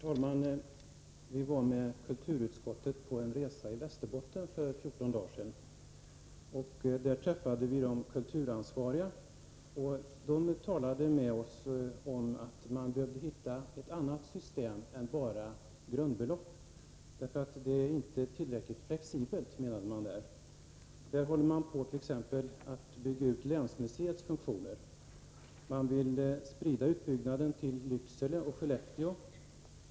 Herr talman! Kulturutskottet var för 14 dagar sedan på en resa i Västerbotten. Där träffade vi de kulturansvariga. De talade med oss om att man behövde hitta ett annat system än det som bygger på enbart grundbidrag. Det är inte tillräckligt flexibelt, menade man där. Där håller man t.ex. på och bygger ut länsmuseets funktioner. Man vill sprida utbyggnaden till Lycksele och Skellefteå.